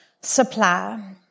supply